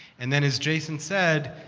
and then as jason said,